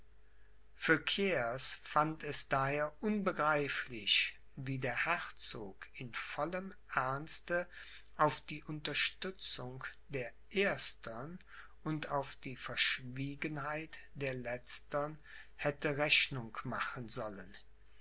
fand es daher unbegreiflich wie der herzog in vollem ernste auf die unterstützung der erstern und auf die verschwiegenheit der letztern hätte rechnung machen sollen